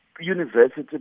university